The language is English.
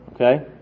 Okay